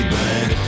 back